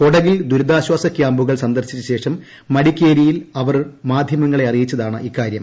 കൊടകിൽ ദുരിതാശ്വാസ കൃാമ്പുകൾ സന്ദർശിച്ച ശേഷം മടക്കേരിയിൽ അവർ മാധ്യമങ്ങളെ അറിയിച്ചതാണ് ഇക്കാര്യം